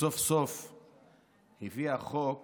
סוף-סוף היא הביאה חוק